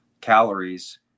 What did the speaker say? calories